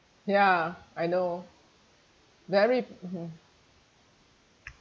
ya I know very mm